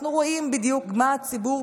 אנחנו רואים בדיוק מה הציבור,